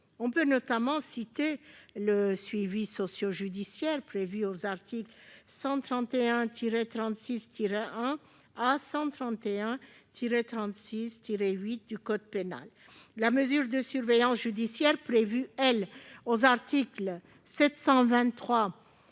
On peut notamment citer le suivi socio-judiciaire prévu aux articles 131-36-1 à 131-36-8 du code pénal, la mesure de surveillance judiciaire prévue aux articles 723-29